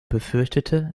befürchtete